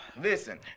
Listen